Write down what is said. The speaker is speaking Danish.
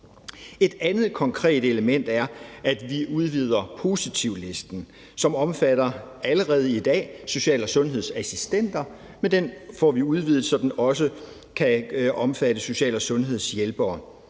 Et andet konkret element er, at vi udvider positivlisten, som allerede i dag omfatter social- og sundhedsassistenter, så den også kan omfatte social- og sundhedshjælpere.